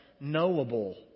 knowable